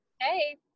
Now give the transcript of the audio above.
Hey